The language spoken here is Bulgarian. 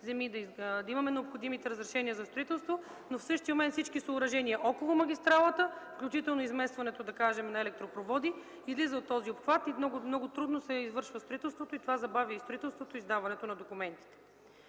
да имаме необходимите разрешения за строителство, но в същия момент всички съоръжения около магистралата, включително и изместването, да кажем, на електропроводи излиза от този обхват и много трудно се извършва строителството. Това забавя и строителството, и издаването на документи.